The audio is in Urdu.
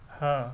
ہاں